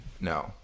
no